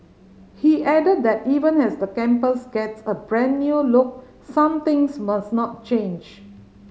he added that even as the campus gets a brand new look some things must not change